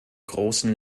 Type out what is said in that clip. großen